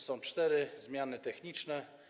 Są cztery zmiany techniczne.